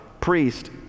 priest